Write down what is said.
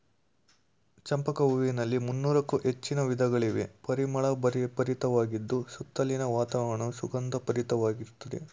ಚಂಪಕ ಹೂವಿನಲ್ಲಿ ಮುನ್ನೋರಕ್ಕು ಹೆಚ್ಚಿನ ವಿಧಗಳಿವೆ, ಪರಿಮಳ ಭರಿತವಾಗಿದ್ದು ಸುತ್ತಲಿನ ವಾತಾವರಣವನ್ನು ಸುಗಂಧ ಭರಿತವಾಗಿರುತ್ತದೆ